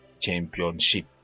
Championship